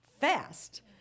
fast